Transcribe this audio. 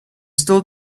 still